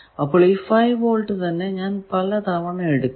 അപ്പോൾ ഈ 5V തന്നെ ഞാൻ പല തവണ എടുക്കുന്നു